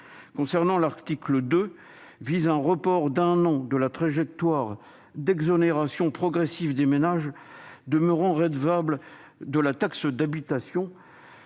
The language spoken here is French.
culture. L'article 2 vise un report d'un an de la trajectoire d'exonération progressive des ménages demeurant redevables de la taxe d'habitation